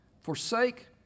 Forsake